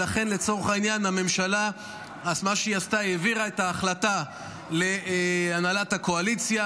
ולכן לצורך העניין הממשלה העבירה את ההחלטה להנהלת הקואליציה,